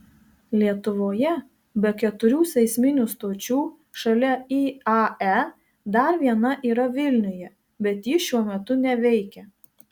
lietuvoje be keturių seisminių stočių šalia iae dar viena yra vilniuje bet ji šiuo metu neveikia